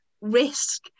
risk